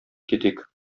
китик